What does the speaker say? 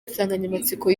insanganyamatsiko